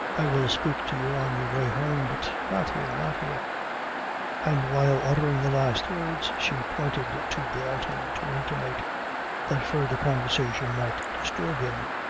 i will speak to you on your way home, but not here not here and while uttering the last words she pointed to dalton, to intimate that further conversation might disturb him.